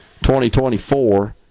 2024